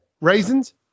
Raisins